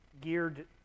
geared